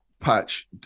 Patch